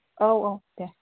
औ औ दे